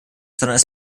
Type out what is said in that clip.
sondern